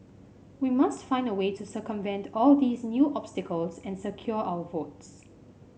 we must find a way to circumvent all these new obstacles and secure our votes